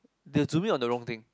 they are zooming on the wrong thing